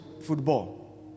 football